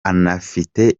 anafite